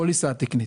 הפוליסה התקנית.